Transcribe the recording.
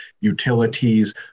utilities